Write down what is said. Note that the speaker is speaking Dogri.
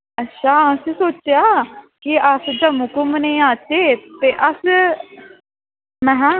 अच्छा असें सोचेआ कि अस जम्मू घूमने आचै ते अस महां